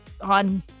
on